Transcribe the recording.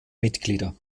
mitglieder